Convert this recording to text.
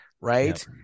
right